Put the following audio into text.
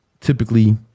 typically